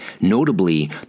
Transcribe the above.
Notably